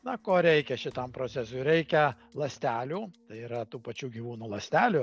na ko reikia šitam procesui reikia ląstelių tai yra tų pačių gyvūnų ląstelių